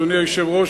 אדוני היושב-ראש,